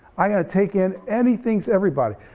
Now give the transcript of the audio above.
i gotta take in anything's everybody,